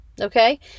okay